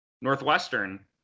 Northwestern